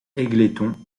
égletons